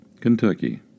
Kentucky